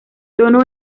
tono